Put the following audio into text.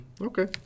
Okay